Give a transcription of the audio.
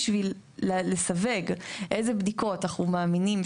בשביל לסווג איזה בדיקות אנחנו מאמינים,